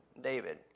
David